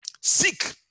Seek